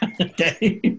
Okay